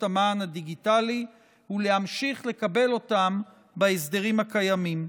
המען הדיגיטלי ולהמשיך לקבל אותם בהסדרים הקיימים.